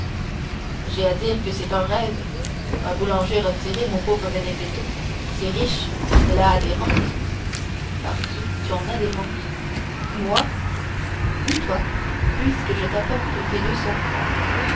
j'ai à dire que c'est un rêve un boulanger retiré mon pauvre benedetto c'est riche cela a des rentes pardieu tu en as des rentes moi oui toi puisque je t'apporte tes deux cents francs